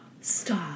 Stop